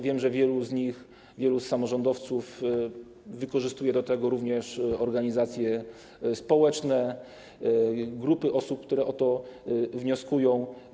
Wiem, że wielu z nich, wielu z samorządowców wykorzystuje do tego również organizacje społeczne, grupy osób, które o to wnioskują.